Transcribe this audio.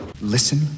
Listen